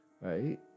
right